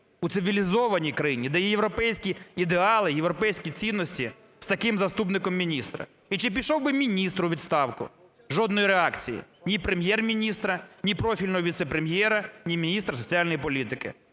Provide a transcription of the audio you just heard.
у цивілізованій країні, де європейські ідеали, європейські цінності з таким заступником міністра? І чи пішов би міністр у відставку? Жодної реакції ні Прем'єр-міністра, ні профільного віце-прем'єра, ні міністра соціальної політики.